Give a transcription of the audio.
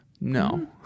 no